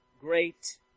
great